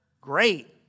Great